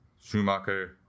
Schumacher –